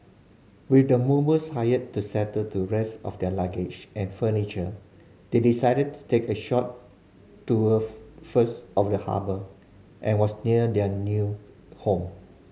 with the movers hired to settle the rest of their luggage and furniture they decided to take a short tour first of the harbour and was near their new home